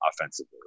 offensively